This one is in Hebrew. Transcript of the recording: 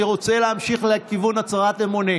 אני רוצה להמשיך לכיוון הצהרת אמונים.